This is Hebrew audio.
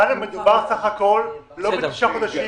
חנה, מדובר בסך הכול לא בתשעה חודשים.